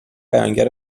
بیانگر